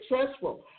successful